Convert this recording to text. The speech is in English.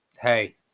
hey